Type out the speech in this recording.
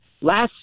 last